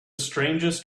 strangest